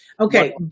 Okay